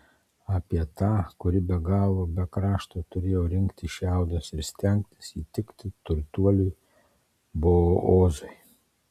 apie tą kuri be galo be krašto turėjo rinkti šiaudus ir stengtis įtikti turtuoliui boozui